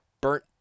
burnt